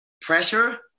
pressure